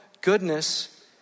Goodness